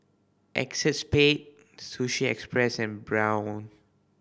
Acexspade Sushi Express and Braun